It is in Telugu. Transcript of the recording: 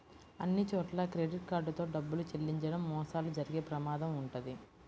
అన్నిచోట్లా క్రెడిట్ కార్డ్ తో డబ్బులు చెల్లించడం మోసాలు జరిగే ప్రమాదం వుంటది